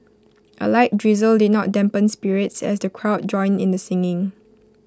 A light drizzle did not dampen spirits as the crowd joined in the singing